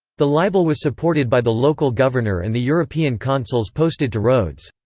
the libel was supported by the local governor and the european consuls posted to rhodes.